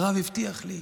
הרב הבטיח לי.